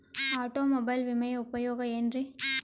Automobile ವಿಮೆಯ ಉಪಯೋಗ ಏನ್ರೀ?